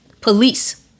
police